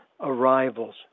arrivals